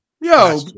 yo